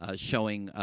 ah showing, ah